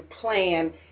plan